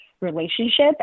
relationship